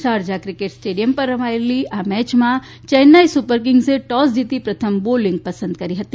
Sharjah cricket stadium પર રમાયેલી આ મેચમાં ચેન્નાઇ સુપરકીંગ્લસે ટોસ જીતી પ્રથમ બોલીંગ પસંદ કરી હતી